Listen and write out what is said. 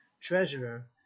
treasurer